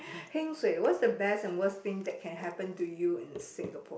heng suay what's the best and worst thing that can happen to you in Singapore